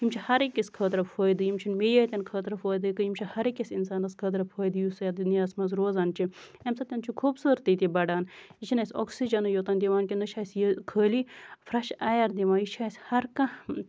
یِم چھِ ہَر أکِس خٲطرٕ فٲیدٕ یِم چھِنہٕ میٚیہِ یوتن خٲطرٕ فٲیدٕ یِم چھِ ہَر أکِس اِنسانَس خٲطرٕ فٲیدٕ یُس یَتھ دُنیاہَس منٛز روزان چھُ اَمہِ سۭتۍ چھِ خوٗبصوٗرتی تہِ بَڑان یہِ چھُنہٕ اَسہِ اوکسِجَنٕے یوتن دِوان کیٚنہہ نہ چھُ اَسہِ یہِ خٲلی فریش اَیر دِوان یہِ چھُ اَسہِ ہَر کانہہ